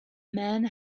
men